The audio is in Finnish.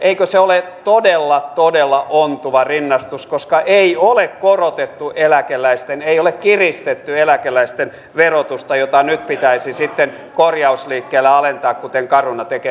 eikö se ole todella todella ontuva rinnastus koska ei ole korotettu ei ole kiristetty eläkeläisten verotusta jota nyt pitäisi sitten korjausliikkeillä alentaa kuten caruna tekee